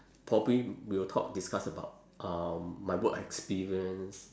probably we will talk discuss about um my work experience